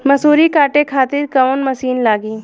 मसूरी काटे खातिर कोवन मसिन लागी?